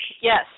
Yes